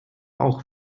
auch